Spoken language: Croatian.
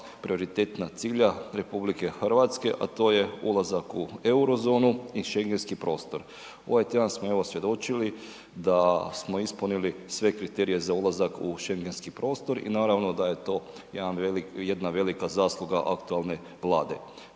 prioritetna cilja RH, a to je ulazak u eurozonu i Schengenski prostor. Ovaj tjedan smo evo svjedočili da smo ispunili sve kriterije za ulazak u Schengenski prostor i naravno da je to jedan, jedna velika zasluga aktualne Vlade.